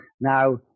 Now